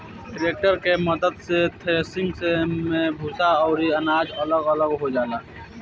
tractor के मद्दत से थ्रेसिंग मे भूसा अउरी अनाज अलग अलग हो जाला